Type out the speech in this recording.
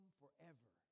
forever